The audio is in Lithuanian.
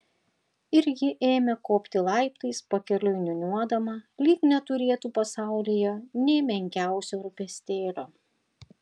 ir ji ėmė kopti laiptais pakeliui niūniuodama lyg neturėtų pasaulyje nė menkiausio rūpestėlio